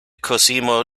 cosimo